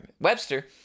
Webster